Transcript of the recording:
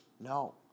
No